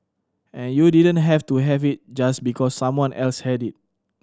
and you didn't have to have it just because someone else had it